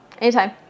Anytime